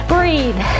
Breathe